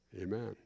amen